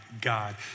God